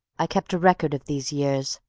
i kept a record of these years,